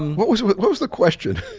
what was what was the question?